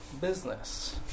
business